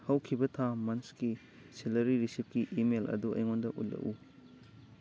ꯍꯧꯈꯤꯕ ꯊꯥ ꯃꯟꯇꯁꯀꯤ ꯁꯦꯂꯔꯤ ꯔꯤꯁꯤꯞꯀꯤ ꯏꯃꯦꯜ ꯑꯗꯨ ꯑꯩꯉꯣꯟꯗ ꯎꯠꯂꯛꯎ